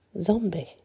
Zombie